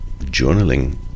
journaling